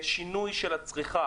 משמעותי,